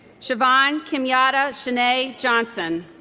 shavon kimyada shanay johnson